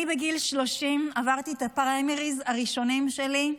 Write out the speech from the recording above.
בגיל 30 עברתי את הפריימריז הראשונים שלי,